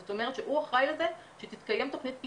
זאת אומרת שהוא אחראי לזה שתתקיים תכנית של